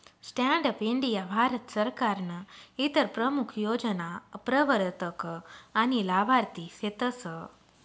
stand up India Bharat सरकारनं इतर प्रमूख योजना प्रवरतक आनी लाभार्थी सेतस